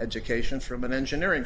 education from an engineering